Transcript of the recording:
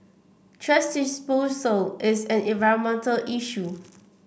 thrash disposal is an environmental issue